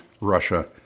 Russia